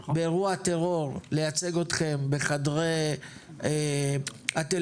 באירוע טרור לייצג אתכם בחדרי הטלוויזיה,